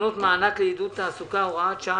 תקנות מענק לעידוד תעסוקה (הוראת שעה,